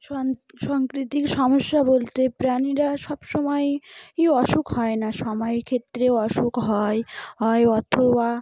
সংস্কৃতি সমস্যা বলতে প্রাণীরা সব সমময়ই অসুখ হয় না সময়ের ক্ষেত্রেও অসুখ হয় হয় অথবা